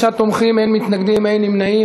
35 תומכים, אין מתנגדים, אין נמנעים.